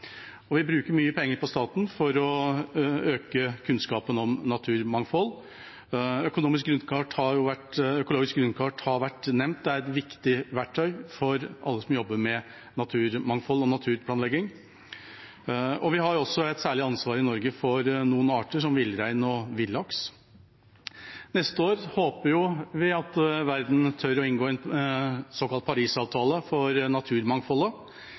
er et viktig verktøy for alle som jobber med naturmangfold og naturplanlegging. Vi har også et særlig ansvar i Norge for noen arter, som villrein og villaks. Neste år håper vi at verden tør å inngå en såkalt Paris-avtale for naturmangfoldet